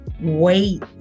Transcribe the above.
wait